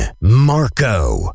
Marco